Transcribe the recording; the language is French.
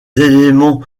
éléments